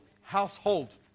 household